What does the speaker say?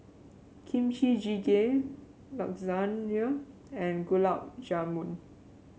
Kimchi Jjigae Lasagne and Gulab Jamun